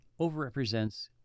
overrepresents